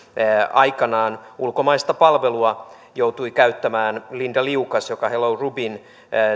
aikanaan ulkomaista palvelua joutui käyttämään esimerkiksi linda liukas hello rubyn